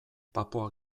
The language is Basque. papua